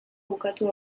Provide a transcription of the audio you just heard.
bukatu